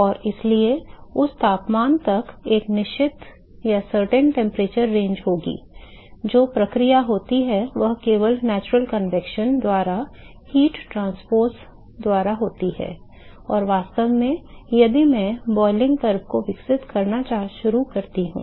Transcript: और इसलिए उस तापमान तक एक निश्चित तापमान सीमा होगी जो प्रक्रिया होती है वह केवल प्राकृतिक संवहन द्वारा ऊष्मा हस्तांतरण द्वारा होती है और वास्तव में यदि मैं इस क्वथन वक्र को विकसित करना शुरू करता हूं